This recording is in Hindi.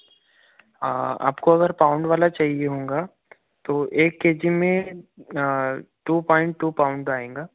आपको अगर पाउंड वाला चाहिए होगा तो एक केजी मैं टू पॉइंट टू पाउंड आएगा